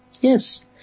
Yes